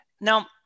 Now